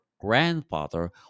grandfather